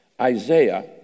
Isaiah